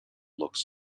looks